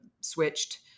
switched